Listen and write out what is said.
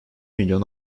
milyon